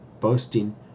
boasting